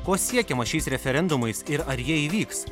ko siekiama šiais referendumais ir ar jie įvyks